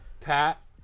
Pat